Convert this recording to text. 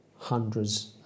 hundreds